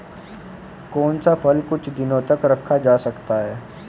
कौन सा फल कुछ दिनों तक रखा जा सकता है?